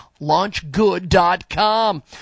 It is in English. launchgood.com